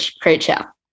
creature